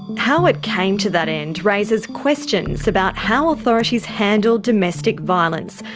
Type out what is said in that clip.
how it came to that end raises questions about how authorities handle domestic violence,